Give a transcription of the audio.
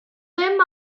ddim